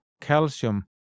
calcium